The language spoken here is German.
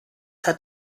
hat